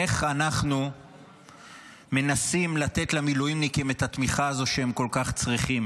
איך אנחנו מנסים לתת למילואימניקים את התמיכה הזו שהם כל כך צריכים